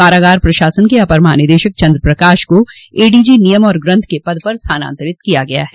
कारागार प्रशासन के अपर महानिदशक चन्द्र प्रकाश को एडीजी नियम और ग्रन्थ के पद पर स्थानांतरित किया गया है